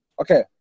okay